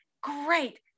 Great